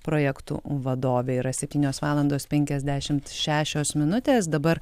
projektų vadovė yra septynios valandos penkiasdešimt šešios minutės dabar